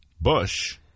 Bush